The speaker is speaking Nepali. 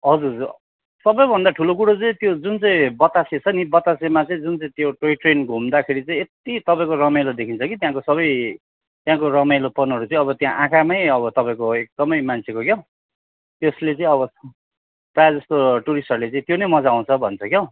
हजुर हजुर सबैभन्दा ठुलो कुरा चाहिँ त्यो जुन चाहिँ बतासे छ नि बतासेमा चाहिँ जुन त्यो टोय ट्रेन घुम्दाखेरि चाहिँ यति तपाईँको रमाइलो देखिन्छ कि त्यहाँको सबै त्यहाँको रमाइलोपनहरू चाहिँ अब त्यहाँ आँखामा तपाईँको एकदम मान्छेको के हो त्यसले चाहिँ अब प्रायः जस्तो टुरिस्टहरूले चाहिँ त्यो नै मजा आउँछ भन्छ के हो